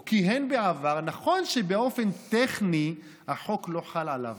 או כיהן בעבר, נכון שבאופן טכני החוק לא חל עליו,